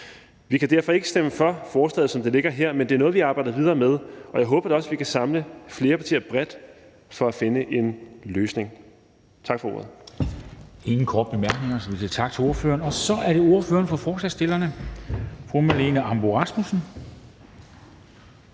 Vi kan derfor ikke stemme for forslaget, som det ligger her, men det er noget, vi arbejder videre med, og jeg håber da også, at vi kan samle flere partier bredt for at finde en løsning. Tak for ordet.